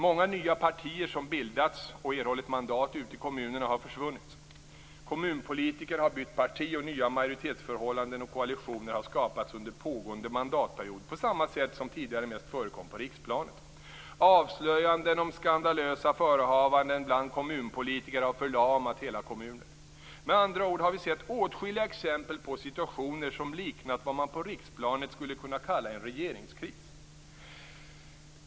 Många nya partier som bildats och erhållit mandat ute i kommunerna har försvunnit. Kommunpolitiker har bytt parti, och nya majoritetsförhållanden och koalitioner har skapats under pågående mandatperiod på samma sätt som tidigare mest förekom på riksplanet. Avslöjanden om skandalösa förehavanden bland kommunpolitiker har förlamat hela kommuner. Med andra ord har vi sett åtskilliga exempel på situationer som liknat vad man på riksplanet skulle kalla en regeringskris.